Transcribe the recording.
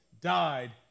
died